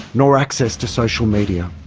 nor access to social media.